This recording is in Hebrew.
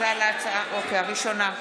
על הראשונה.